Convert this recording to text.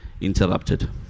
interrupted